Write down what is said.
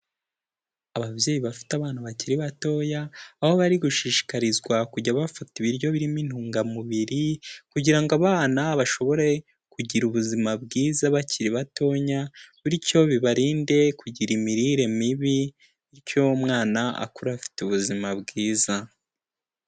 Ababyeyi bafite abana bakiri batoya aho bari gushishikarizwa kujya bafata ibiryo birimo intungamubiri kugira ngo abana bashobore kugira ubuzima bwiza bakiri batonya, bityo bibarinde kugira imirire mibi, bicyo umwana akure afite ubuzima bwiza.